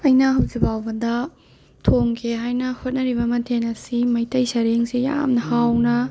ꯑꯩꯅ ꯍꯧꯖꯤꯛꯐꯥꯎꯕꯗ ꯊꯣꯡꯒꯦ ꯍꯥꯏꯅ ꯍꯣꯠꯅꯔꯤꯕ ꯃꯊꯦꯜ ꯑꯁꯤ ꯃꯩꯇꯩ ꯁꯔꯦꯡꯁꯤ ꯌꯥꯝꯅ ꯍꯥꯎꯅ